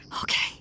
Okay